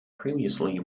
previously